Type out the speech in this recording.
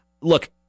look